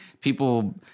people